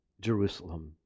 Jerusalem